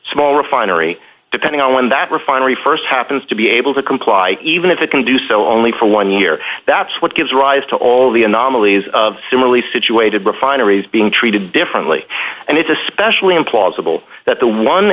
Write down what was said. small refinery depending on when that refinery st happens to be able to comply even if it can do so only for one year that's what gives rise to all the anomalies of similarly situated refineries being treated differently and it's especially implausible that the one